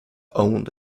owned